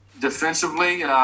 Defensively